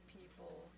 people